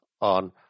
on